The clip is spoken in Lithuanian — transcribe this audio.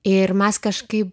ir mes kažkaip